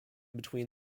between